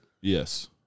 Yes